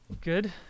good